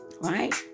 right